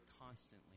constantly